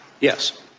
Yes